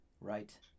Right